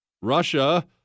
Russia